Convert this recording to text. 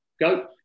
Go